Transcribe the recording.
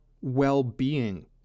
well-being